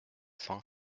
cent